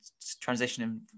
transitioning